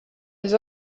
les